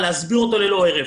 להסביר אותו ללא הרף.